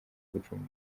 gucunga